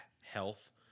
health